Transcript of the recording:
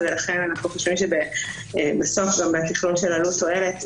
אנחנו חושבים שבסוף בתכנון של עלות-תועלת,